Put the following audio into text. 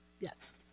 Yes